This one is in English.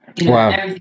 Wow